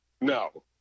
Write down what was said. No